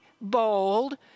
bold